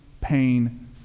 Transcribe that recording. pain